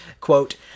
quote